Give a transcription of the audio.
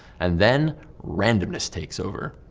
and then randomness takes over.